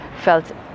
felt